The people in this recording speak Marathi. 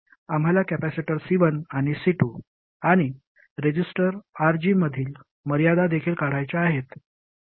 आणि आम्हाला कॅपेसिटर C1 आणि C2 आणि रेझिस्टर RG मधील मर्यादा देखील काढायच्या आहेत